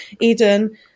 Eden